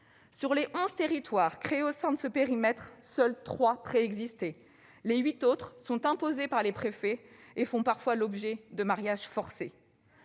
Sur les 11 territoires créés au sein de ce périmètre, seuls 3 préexistaient ; les 8 autres ont été imposés par les préfets et font parfois l'objet de mariages forcés.